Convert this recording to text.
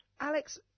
Alex